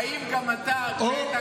האם גם אתה היית מצביע בעד?